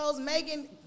Megan